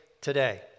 today